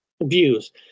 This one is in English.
views